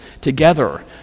together